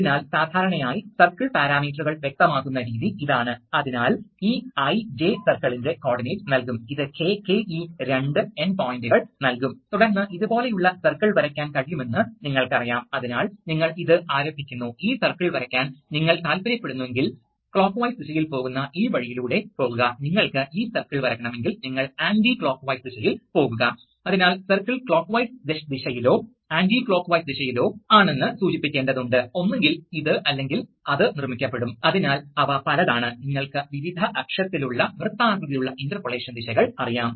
അത് പൂർണ്ണമായും തുറന്നിരുന്നെങ്കിൽ മർദ്ദം എക്സ്ഹോസ്റ്റ് മർദ്ദത്തിനടുത്തായി വീഴുമായിരുന്നു അതിനാൽ അത് നീങ്ങുമ്പോൾ ഈ ചലനങ്ങൾ മില്ലിമീറ്ററിന്റെ ഭിന്നസംഖ്യകളാണെങ്കിൽ നിങ്ങൾക്ക് വളരെ ഉയർന്ന സംവേദനക്ഷമത ഉണ്ടാകാം പൈലറ്റ് പോർട്ടിലെ മർദ്ദത്തിന്റെ ഉയർന്ന നേട്ടം കാരണം വാൽവിന് നീങ്ങുവാൻ കഴിയും അതിനാൽ വാൽവുകൾ പ്രവർത്തിപ്പിക്കുന്നതിന് അത്തരം ഇന്റർഫേസുകൾ സാധ്യമാണെന്ന് നിങ്ങൾക്കറിയാം